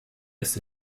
ist